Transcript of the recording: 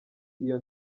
iyo